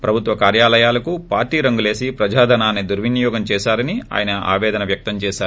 ప్రభుత్వ కార్యాలయాలకు పార్టీ రంగులేసి ప్రజా ధనాన్ని దుర్వినియోగం చేశారని ఆయన ఆపేదన వ్యక్తం చేసారు